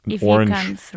Orange